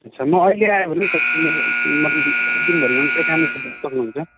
अच्छा म अहिले आयो भने तपाईँले दिनभरिमा त्यो काम गर्नु सक्नुहुन्छ